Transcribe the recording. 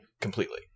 completely